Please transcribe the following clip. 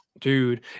dude